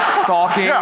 stalking, yeah